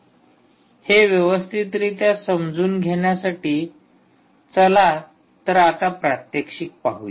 हे व्यवस्थितरीत्या समजून घेण्यासाठी चला तर आता प्रात्यक्षिक पाहूया